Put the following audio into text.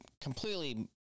completely